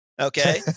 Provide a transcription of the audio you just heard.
Okay